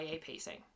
pacing